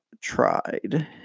tried